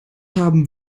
haben